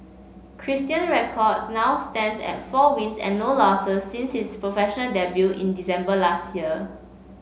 Christian's record now stands at four wins and no losses since his professional debut in December last year